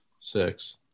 six